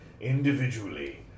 individually